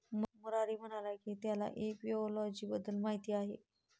मुरारी म्हणाला की त्याला एपिओलॉजी बद्दल माहीत आहे